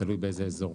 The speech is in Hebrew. תלוי באיזה אזור.